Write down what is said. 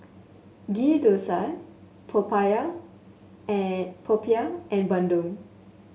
Ghee Thosai and Popiah and Bandung